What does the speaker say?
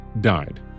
died